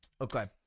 Okay